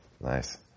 Nice